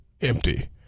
empty